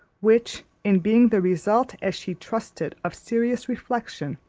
which, in being the result as she trusted of serious reflection,